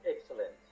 excellent